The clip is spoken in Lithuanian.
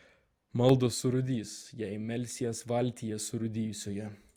maldos surūdys jei melsies valtyje surūdijusioje